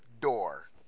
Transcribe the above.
door